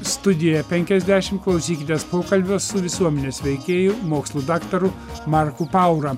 studijoje penkiasdešimt klausykitės pokalbio su visuomenės veikėju mokslų daktaru marku paura